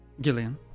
Gillian